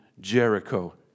Jericho